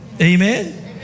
Amen